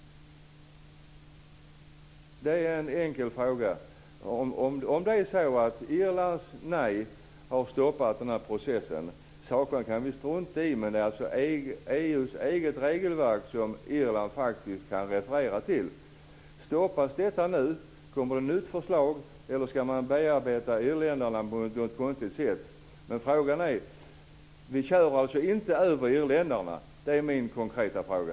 Det är en enkel fråga. Om Irlands nej har stoppat den här processen - sakskälen kan vi strunta i, men det är EU:s eget regelverk som Irland kan referera till - stoppas detta nu, kommer det ett nytt förslag eller ska man bearbeta irländarna på något konstigt sätt? Kör vi alltså inte över irländarna? Det är min konkreta fråga.